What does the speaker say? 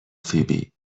فیبی